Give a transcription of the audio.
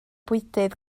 bwydydd